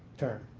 term.